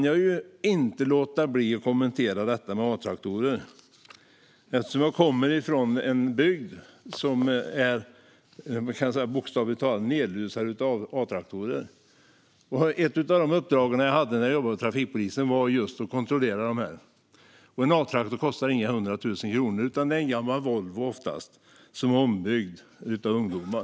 Jag kan inte låta bli att kommentera detta med A-traktorer eftersom jag kommer från en bygd som bokstavligt talat är nedlusad av A-traktorer. Ett av de uppdrag jag hade när jag jobbade på trafikpolisen var just att kontrollera dessa. En A-traktor kostar inga 100 000 kronor, utan det är oftast en gammal Volvo som är ombyggd av ungdomar.